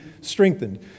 strengthened